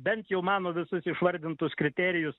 bent jau mano visus išvardintus kriterijus